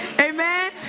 Amen